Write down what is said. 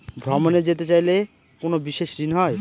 ভ্রমণে যেতে চাইলে কোনো বিশেষ ঋণ হয়?